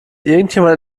irgendjemand